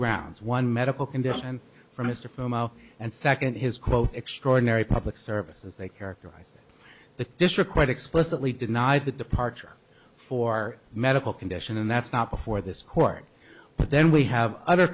grounds one medical condition for mr foma and second his quote extraordinary public services they characterized the district quite explicitly denied that departure for medical condition and that's not before this court but then we have other